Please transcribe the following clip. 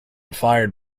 fired